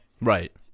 Right